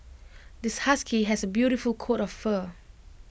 this husky has A beautiful coat of fur